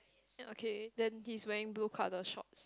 okay then he's wearing blue colour short